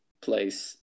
place